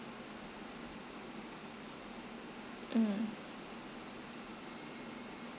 um